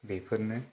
बेफोरनो